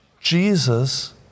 Jesus